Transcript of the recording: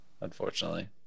unfortunately